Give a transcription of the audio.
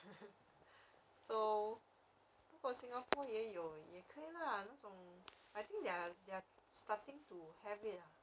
so 如果 singapore 也有也可以 lah 那种 I think are they're they're starting to have it lah